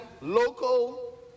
local